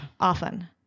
often